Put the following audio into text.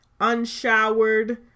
Unshowered